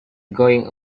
going